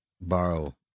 borrow